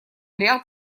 ряд